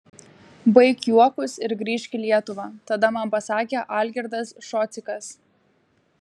baik juokus ir grįžk į lietuvą tada man pasakė algirdas šocikas